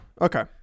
Okay